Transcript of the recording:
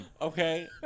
Okay